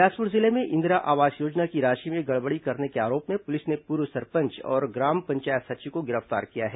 बिलासपुर जिले में इंदिरा आवास योजना की राशि में गड़बड़ी करने के आरोप में पुलिस ने पूर्व सरपंच और ग्राम पंचायत सचिव को गिरफ्तार किया है